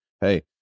hey